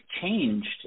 changed